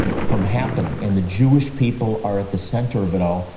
from happening. and the jewish people are at the center of it all.